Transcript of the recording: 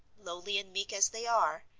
lowly and meek as they are,